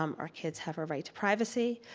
um our kids have a right to privacy.